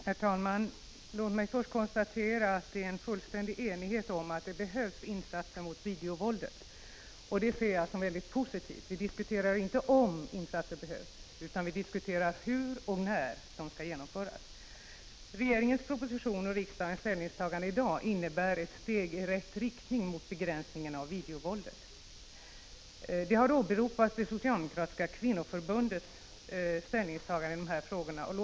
Herr talman! Låt mig först konstatera att det råder en fullständig enighet om att det behövs insatser mot videovåldet. Detta ser jag som mycket positivt. Vi diskuterar inte om insatser behövs, utan vi diskuterar hur och när de skall genomföras. Regeringens proposition och riksdagens ställningstagande i dag innebär ett steg i rätt riktning mot begränsning av videovåldet. Det socialdemokratiska kvinnoförbundets ställningstagande i dessa frågor har åberopats.